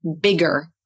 bigger